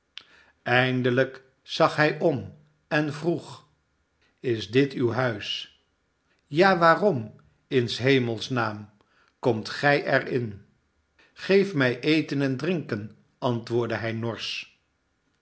eindelijk zag hij ora en vroeg is dit uw huis ja waarom in s hemels naam komt gij er in geef mij eten en drinken antwoordde hij norsch